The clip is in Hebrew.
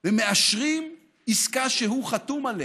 ומאשרים עסקה שהוא חתום עליה.